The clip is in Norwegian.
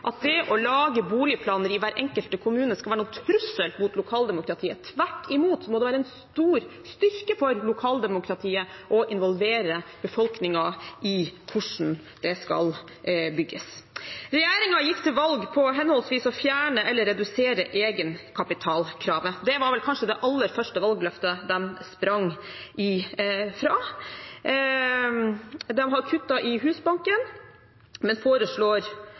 at det å lage boligplaner i hver enkelt kommune skal være noen trussel mot lokaldemokratiet, tvert imot må det være en stor styrke for lokaldemokratiet å involvere befolkningen i hvordan det skal bygges. Regjeringen gikk til valg på henholdsvis å fjerne eller å redusere egenkapitalkravet. Det var vel kanskje det aller første valgløftet de sprang ifra. De har kuttet i Husbanken, men foreslår